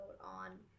on